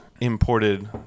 imported